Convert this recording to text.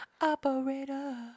operator